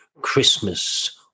Christmas